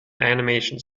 animation